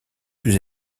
plus